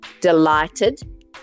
delighted